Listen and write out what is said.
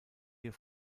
hier